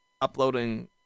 uploading